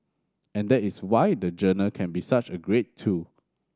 and that is why the journal can be such a great tool